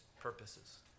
purposes